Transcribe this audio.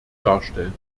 darstellen